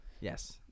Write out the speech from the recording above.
Yes